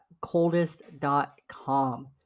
coldest.com